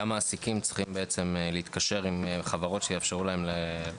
גם מעסיקים צריכים להתקשר עם חברות שיאפשרו להם